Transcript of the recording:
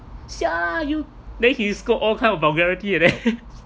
siala you then he scold all kind of vulgarity like that